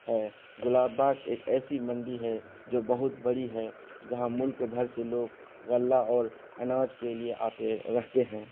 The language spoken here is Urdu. ہے گلاب باغ ایک ایسی منڈی ہے جو بہت بڑی ہے جہاں ملک بھر سے لوگ غلہ اور اناج کے لیے آتے رہتے ہیں